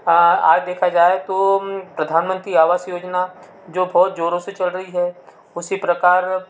आज देखा जाए तो प्रधानमंत्री आवास योजना जो बहुत जोरों से चल रही है उसी प्रकार